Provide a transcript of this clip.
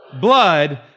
blood